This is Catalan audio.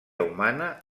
humana